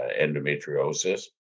endometriosis